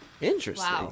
Interesting